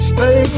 Stay